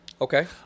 Okay